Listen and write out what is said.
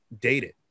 dated